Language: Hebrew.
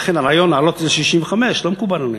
ולכן הרעיון להעלות את זה ל-65 לא מקובל עלינו.